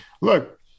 look